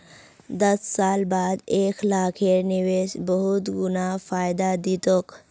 दस साल बाद एक लाखेर निवेश बहुत गुना फायदा दी तोक